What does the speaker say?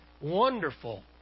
wonderful